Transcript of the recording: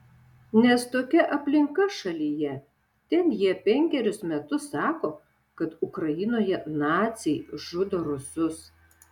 nes tokia aplinka šalyje ten jie penkerius metus sako kad ukrainoje naciai žudo rusus